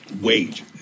wage